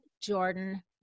Jordan